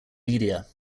media